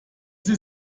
sie